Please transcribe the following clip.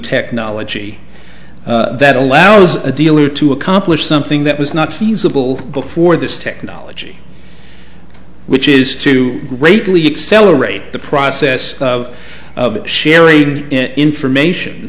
technology that allows a dealer to accomplish something that was not feasible before this technology which is to greatly accelerate the process of sharing information